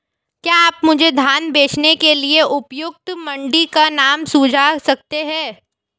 क्या आप मुझे धान बेचने के लिए उपयुक्त मंडी का नाम सूझा सकते हैं?